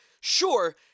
Sure